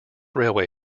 railway